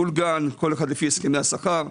כל אחד לפי הסכמי השכר.